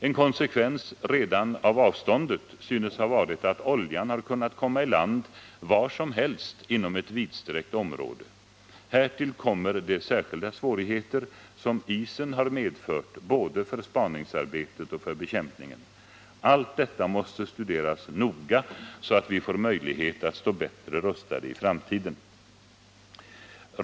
En konsekvens redan av avståndet synes ha varit att oljan har kunnat komma i land var som helst inom ett vidsträckt område. Härtill kommer de särskilda svårigheter som isen har medfört både för spaningsarbetet och för bekämpningen. Allt detta måste studeras noga så att vi får möjlighet att stå bättre rustade i framtiden.